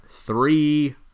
Three